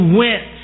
went